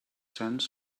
sends